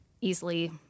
easily